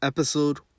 Episode